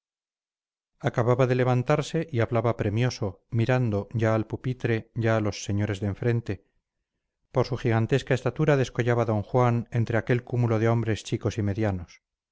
busto acababa de levantarse y hablaba premioso mirando ya al pupitre ya a los señores de enfrente por su gigantesca estatura descollaba d juan entre aquel cúmulo de hombres chicos y medianos